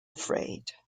afraid